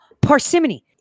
parsimony